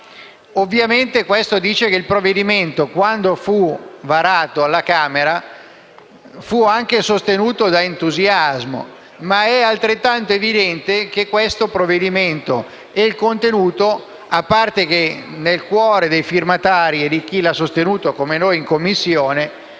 Ovviamente, questo dice che il provvedimento, quando fu varato alla Camera, fu anche sostenuto con entusiasmo. Ma è altrettanto evidente che questo provvedimento e il contenuto, a parte che nel cuore dei firmatari e di chi l'ha sostenuto in Commissione,